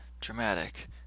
dramatic